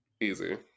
Easy